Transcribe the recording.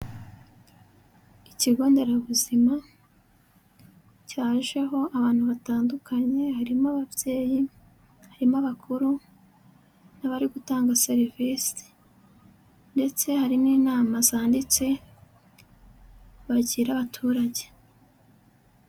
Ikigo nderabuzima cyajeho abantu batandukanye, harimo ababyeyi, harimo abakuru n'abari gutanga serivisi ndetse hari n'inama zanditse bakira abaturage.